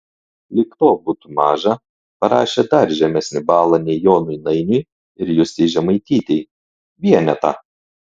lyg to būtų maža parašė dar žemesnį balą nei jonui nainiui ir justei žemaitytei vienetą